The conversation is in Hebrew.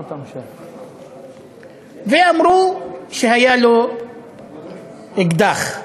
ואמרו שהיה לו אקדח.